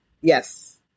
Yes